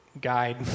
guide